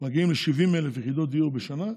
מגיעים ל-70,000 יחידות דיור בשנה.